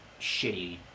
shitty